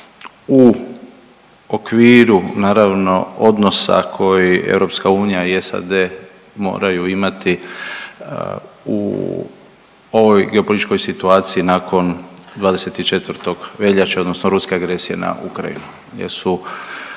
u okviru naravno odnosa koji EU i SAD moraju imati u ovoj geopolitičkoj situaciji nakon 24. veljače odnosno ruske agresije na Ukrajinu jer su